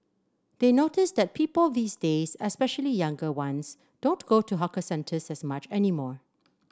they notice that people these days especially younger ones don't go to hawker centres as much anymore